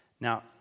Now